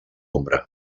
ombra